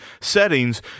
settings